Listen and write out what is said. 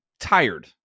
tired